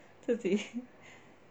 自己